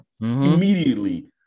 immediately